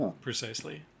precisely